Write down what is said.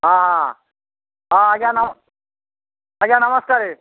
ହଁ ହଁ ହଁ ଆଜ୍ଞା ନମ ଆଜ୍ଞା ନମସ୍କାର